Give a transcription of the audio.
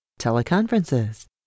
teleconferences